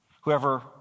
Whoever